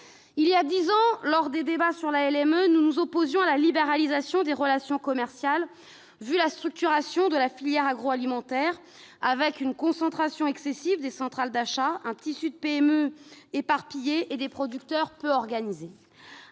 loi de modernisation de l'économie, nous nous opposions à la libéralisation des relations commerciales au vu de la structuration de la filière agroalimentaire, avec une concentration excessive des centrales d'achat, un tissu de PME éparpillé et des producteurs peu organisés.